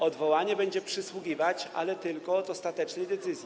Odwołanie będzie przysługiwać, ale tylko od ostatecznej decyzji.